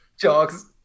Jogs